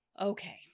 Okay